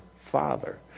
father